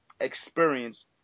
experience